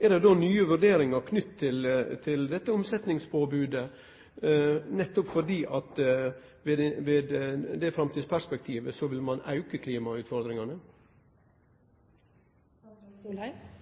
Er det då nye vurderingar knytte til dette omsetningspåbodet, nettopp fordi ein ved det framstidsperspektivet vil auke klimautfordringane? Det